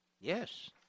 Yes